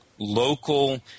local